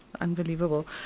Unbelievable